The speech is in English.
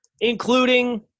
including